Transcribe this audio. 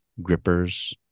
Grippers